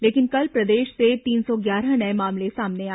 लेकिन कल प्रदेश से तीन सौ ग्यारह नये मामले सामने आए